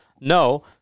No